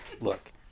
Look